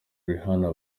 rihanna